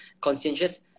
conscientious